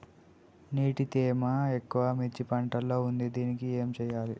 నీటి తేమ ఎక్కువ మిర్చి పంట లో ఉంది దీనికి ఏం చేయాలి?